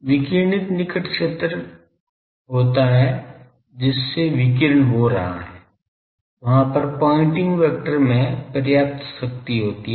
विकिरणित निकट क्षेत्र होता है जिससे विकिरण हो रहा है वहां पर पाइंटिंग वेक्टर में पर्याप्त शक्ति होती है